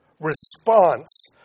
response